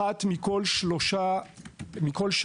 אחת מכל שלוש משרתים